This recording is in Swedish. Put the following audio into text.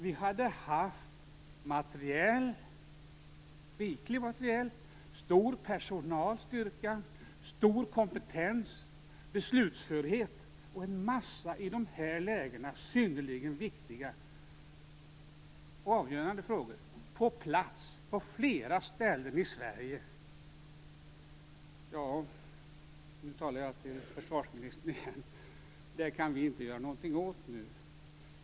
Vi hade haft riklig materiel, stor personalstyrka, stor kompetens, beslutsförhet och en massa i de här lägena synnerligen viktiga och avgörande faktorer på plats på flera ställen i Det kan vi inte göra någonting åt nu - nu talar jag till försvarsministern igen.